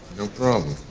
no problem.